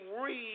read